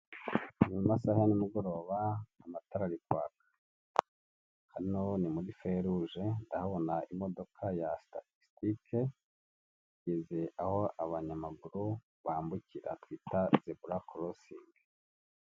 Mu masaha ya nimugoroba amatara ari kwaka; hano ni muri feruje ndahabona imodoka ya sitatisitike; igeze aho abanyamaguru bambukira hakitwa zebura korosingi.